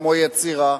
כמו יצירה,